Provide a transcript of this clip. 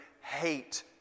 hate